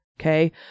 okay